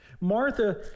Martha